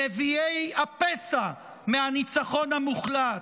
נביאי הפסע מהניצחון המוחלט.